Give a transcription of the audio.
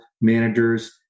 managers